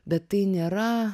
bet tai nėra